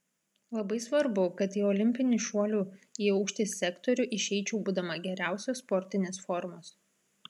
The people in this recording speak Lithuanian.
labai svarbu kad į olimpinį šuolių į aukštį sektorių išeičiau būdama geriausios sportinės formos